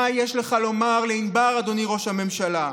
מה יש לך לומר לענבר, אדוני ראש הממשלה?